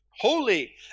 holy